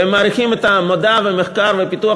והם מעריכים את המדע והמחקר והפיתוח